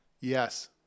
Yes